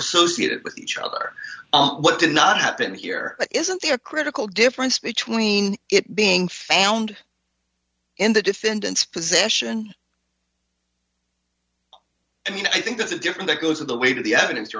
associated with each other but did not happen here isn't there a critical difference between it being found in the defendant's possession and i think that's a different that goes with the weight of the evidence